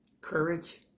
Courage